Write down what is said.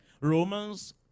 Romans